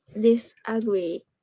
disagree